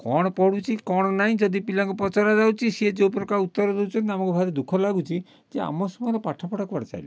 କ'ଣ ପଢ଼ୁଛି କ'ଣ ନାଇଁ ଯଦି ପିଲାକୁ ପଚରା ଯାଉଛି ସେ ଯେଉଁ ପ୍ରକାର ଉତ୍ତର ଦେଉଛନ୍ତି ଆମକୁ ଭାରି ଦୁଃଖ ଲାଗୁଛି ଯେ ଆମ ସମୟର ପାଠପଢ଼ା କୁଆଡ଼େ ଚାଲିଗଲା